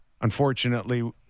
Unfortunately